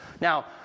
Now